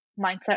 mindset